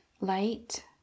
light